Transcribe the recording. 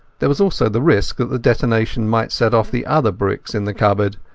there was also the risk that the detonation might set off the other bricks in the cupboard,